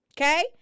Okay